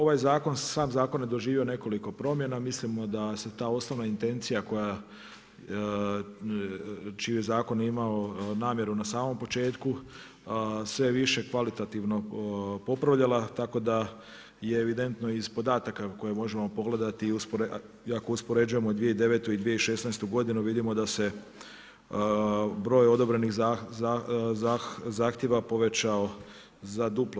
Ovaj zakon, sam zakon je doživio nekoliko promjena, mislimo da se ta osnovna intencija koja čiji je zakon imao namjeru na samom početku sve više kvalitativno popravljala, tako da je evidentno iz podataka koje možemo pogledati i ako uspoređujemo 2009. i 2016. godinu vidimo da se broj odobrenih zahtijeva povećao za duplo.